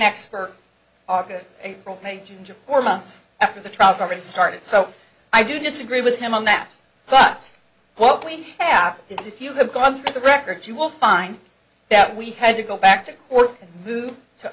expert august april may june july four months after the trials aren't started so i do disagree with him on that but what we have is if you have gone through the records you will find that we had to go back to